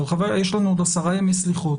אבל יש לנו עוד שבעה ימי סליחות.